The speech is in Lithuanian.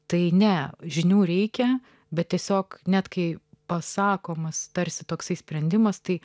tai ne žinių reikia bet tiesiog net kai pasakomas tarsi toks sprendimas tai